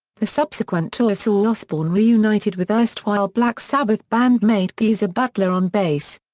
the subsequent tour saw osbourne reunited with erstwhile black sabbath bandmate geezer butler on bass.